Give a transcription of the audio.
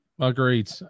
Agreed